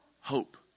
hope